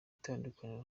itandukaniro